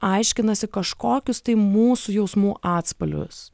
aiškinasi kažkokius tai mūsų jausmų atspalvius